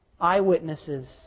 Eyewitnesses